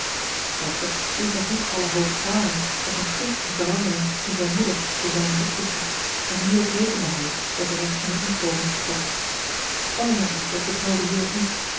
edward liet nog niet alle hoop varen op eene gunstige verandering in zijne moeder te zijnen opzichte en hierop rekende hij wat de rest van hun inkomen betrof elinor echter vertrouwde hierop niet